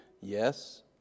Yes